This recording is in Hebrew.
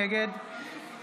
נגד